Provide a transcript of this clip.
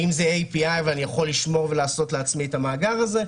האם זה api ואני יכול לשמור ולעשות לעצמי את המאגר הזה,